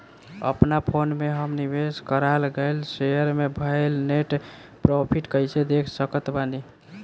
अपना फोन मे हम निवेश कराल गएल शेयर मे भएल नेट प्रॉफ़िट कइसे देख सकत बानी?